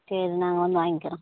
சரி நாங்கள் வந்து வாங்கிக்கிறோம்